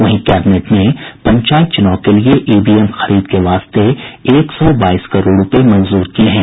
वहीं कैबिनेट ने पंचायत चुनाव के लिए ईवीएम खरीद के वास्ते एक सौ बाईस करोड़ रूपये मंजूर किये गये हैं